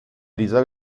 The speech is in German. dieser